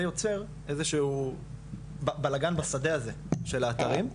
יוצר איזשהו בלגן בשדה הזה של האתרים,